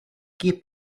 gib